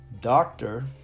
doctor